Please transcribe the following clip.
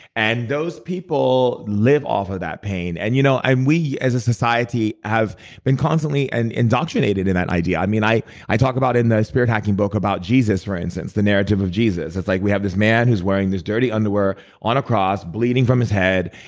and those people live off of that pain and you know we, as a society, have been constantly and indoctrinated in that idea. i mean, i i talk about it in the spirit hacking book, about jesus for instance, the narrative of jesus. it's like we have this man who's wearing this dirty underwear on a cross bleeding from his head,